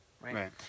right